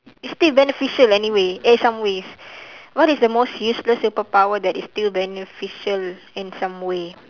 it's still beneficial anyway eh some ways what is the most useless superpower that is still beneficial in some way